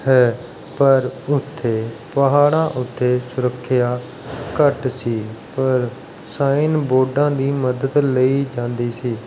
ਹੈ ਪਰ ਉੱਥੇ ਪਹਾੜਾਂ ਉੱਤੇ ਸੁਰੱਖਿਆ ਘੱਟ ਸੀ ਪਰ ਸਾਈਨ ਬੋਰਡਾਂ ਦੀ ਮਦਦ ਲਈ ਜਾਂਦੀ ਸੀ